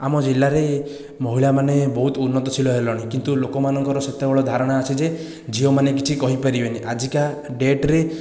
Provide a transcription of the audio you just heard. ଆମ ଜିଲ୍ଲାରେ ମହିଳାମାନେ ବହୁତ ଉନ୍ନତଶୀଳ ହେଲଣି କିନ୍ତୁ ଲୋକମାନଙ୍କର ସେତେବେଳେ ଧାରଣା ଅଛି ଯେ ଝିଅମାନେ କିଛି କରିପାରିବେନି ଆଜିକା ଡେଟ୍ରେ